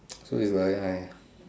so it's very high